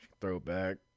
Throwback